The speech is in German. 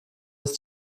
ist